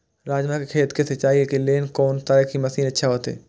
राजमा के खेत के सिंचाई के लेल कोन तरह के मशीन अच्छा होते?